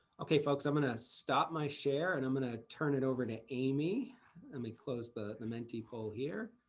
okay, folks, i'm going to stop my share. and i'm going to turn it over to amy. let and me close the the menti poll here.